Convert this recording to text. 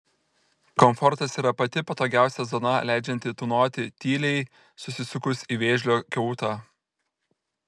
komfortas yra pati patogiausia zona leidžianti tūnoti tyliai susisukus į vėžlio kiautą